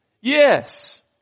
Yes